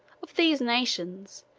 of these nations,